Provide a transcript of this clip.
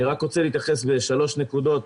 אני רוצה להתייחס בשלוש נקודות.